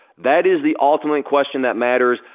that is the ultimate question that matters.